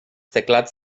teclats